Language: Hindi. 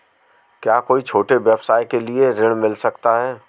क्या कोई छोटे व्यवसाय के लिए ऋण मिल सकता है?